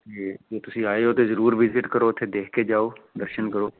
ਅਤੇ ਜੇ ਤੁਸੀਂ ਆਏ ਹੋ ਅਤੇ ਜ਼ਰੂਰ ਵਿਜ਼ਿਟ ਕਰੋ ਉੱਥੇ ਦੇਖ ਕੇ ਜਾਓ ਦਰਸ਼ਨ ਕਰੋ